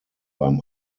beim